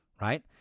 right